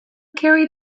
carry